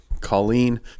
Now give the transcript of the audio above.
Colleen